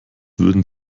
würden